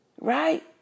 right